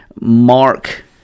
Mark